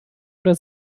oder